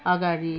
अगाडि